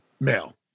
Male